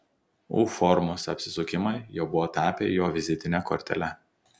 u formos apsisukimai jau buvo tapę jo vizitine kortele